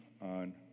on